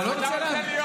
אתה לא רוצה רב?